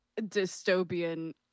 dystopian